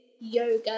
yoga